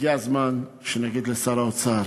הגיע הזמן שנגיד לשר האוצר: